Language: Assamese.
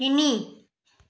তিনি